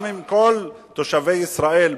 גם עם כל תושבי ישראל,